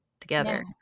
together